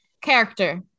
character